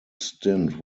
stint